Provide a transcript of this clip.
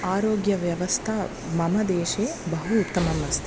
आरोग्यव्यवस्था मम देशे बहु उत्तमम् अस्ति